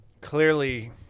clearly